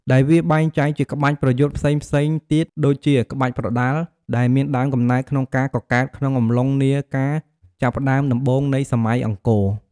ដែលវាបែងចែកជាក្បាច់ប្រយុទ្ធផ្សេងៗទៀតដូចជា ក្បាច់ប្រដាល់ ដែលមានដើមកំណើតក្នុងការកកើតក្នុងអំឡុងនាការចាប់ផ្ដើមដំបូងនៃសម័យអង្គរ ។